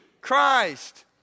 Christ